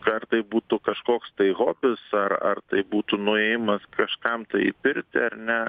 ar tai būtų kažkoks tai hobis ar ar tai būtų nuėjimas kažkam tai į pirtį ar ne